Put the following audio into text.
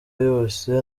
yose